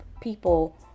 people